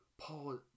Paul